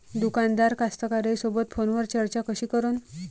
दुकानदार कास्तकाराइसोबत फोनवर चर्चा कशी करन?